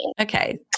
Okay